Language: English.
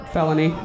Felony